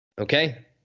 Okay